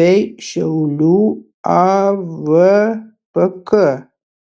bei šiaulių avpk